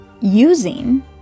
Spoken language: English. using